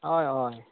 होय होय